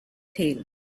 tail